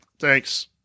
Thanks